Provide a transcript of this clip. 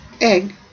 egg